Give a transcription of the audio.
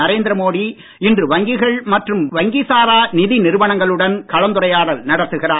நரேந்திர மோடி இன்று வங்கிகள் மற்றும் வங்கிசாரா நிதி நிறுவனங்களுடன் கலந்துரையாடல் நடத்துகிறார்